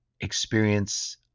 experience